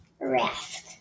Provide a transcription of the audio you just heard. Raft